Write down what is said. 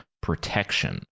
protection